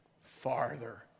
farther